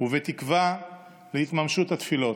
ובתקווה להתממשות התפילות.